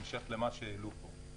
בהמשך למה שהעלו פה.